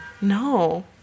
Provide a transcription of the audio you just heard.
No